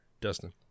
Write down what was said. Dustin